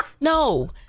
No